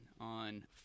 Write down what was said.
on